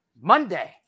Monday